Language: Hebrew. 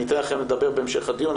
אני אתן לכם לדבר בהמשך הדיון,